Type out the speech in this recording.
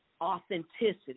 authenticity